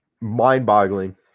mind-boggling